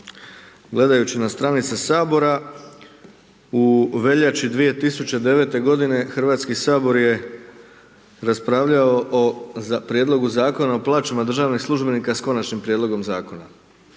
gledajući na stranice HS u veljači 2009.-te godine HS je raspravljao o prijedlogu Zakona o plaćama državnih službenika s Konačnim prijedlogom Zakona,